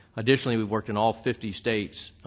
additionally, we've worked in all fifty states.